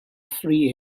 free